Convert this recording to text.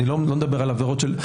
אני לא מדבר על עבירות של,